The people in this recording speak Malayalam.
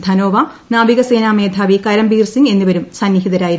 ധനോവ നാവികസേനാ മേധാവി കരംബീർ സിംഗ് എന്നിവരും സന്നിഹിതരായിരുന്നു